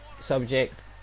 subject